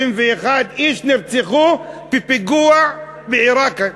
61 איש נרצחו בפיגוע בעיראק.